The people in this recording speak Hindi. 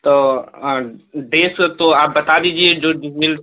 तो डेस तो आप बता दीजिए जो मिल